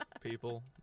people